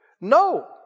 No